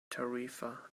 tarifa